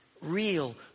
real